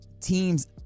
teams